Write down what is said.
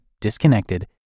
disconnected